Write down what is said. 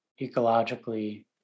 ecologically